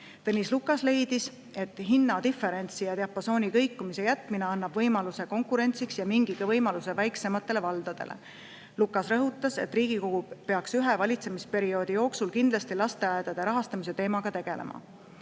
Lukas leidis, et hinnadiferentsi, -diapasooni kõikumise jätmine [lubab] konkurentsi ja annab mingigi võimaluse väiksematele valdadele. Lukas rõhutas, et Riigikogu peaks ühe valitsemisperioodi jooksul kindlasti lasteaedade rahastamise teemaga tegelema.